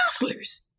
counselors